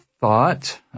thought